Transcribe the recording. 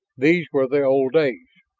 these were the old days!